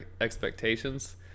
expectations